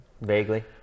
Vaguely